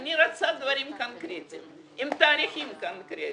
אני רוצה דברים קונקרטיים עם תאריכים קונקרטיים.